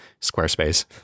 Squarespace